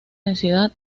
densidad